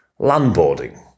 Landboarding